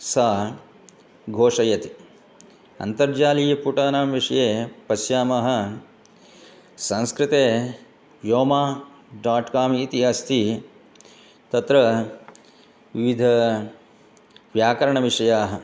सा घोषयति अन्तर्जालीयपुटानां विषये पश्यामः संस्कृते व्योमा डाट् काम् इति अस्ति तत्र विविधव्याकरणविषयाः